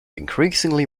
increasingly